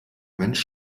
mensch